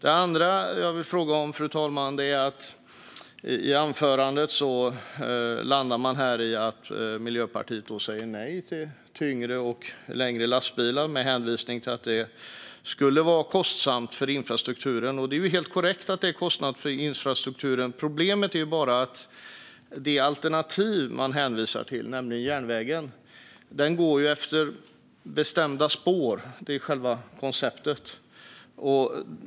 En annan sak jag vill fråga om, fru talman, är att anförandet landade i att Miljöpartiet säger nej till tyngre och längre lastbilar med hänvisning till att det skulle vara kostsamt för infrastrukturen. Det är helt korrekt att det skulle bli en kostnad för infrastrukturen. Problemet är bara att det alternativ man hänvisar till, nämligen järnvägen, går efter bestämda spår, vilket är själva konceptet.